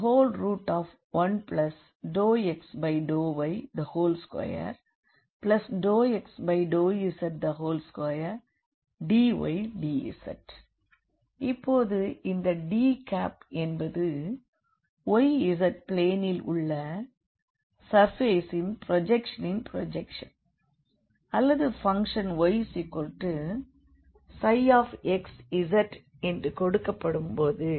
S∬D1∂x∂y2∂x∂z2dydz இப்பொழுது இந்த D என்பது yz பிளேனில் உள்ள சர்ஃபேசின் ப்ரோஜெக்ஷனின் ப்ரோஜெக்ஷன் அல்லது பங்க்ஷன் yψxz என்று கொடுக்கப்படும்போது